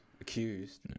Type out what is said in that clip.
accused